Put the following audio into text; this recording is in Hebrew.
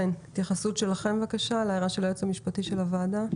התייחסות שלכם להערת היועץ המשפטי של הוועדה.